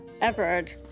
Everard